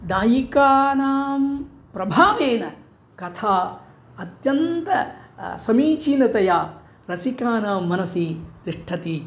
नायिकानां प्रभावेन कथा अत्यन्तं समीचीनतया रसिकानां मनसि तिष्ठति